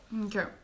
Okay